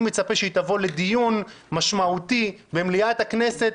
אני מצפה שהיא תבוא לדיון משמעותי במליאת הכנסת,